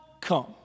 come